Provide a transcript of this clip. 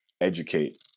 educate